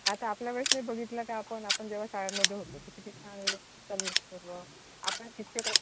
आता आपल्या वेळेस नाही बघितलं का आपण आपण जेव्हा शाळेमध्ये होतो तर किती छान चालू होतं सर्व आपण शिक्षकच